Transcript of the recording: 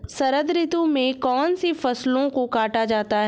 शरद ऋतु में कौन सी फसलों को काटा जाता है?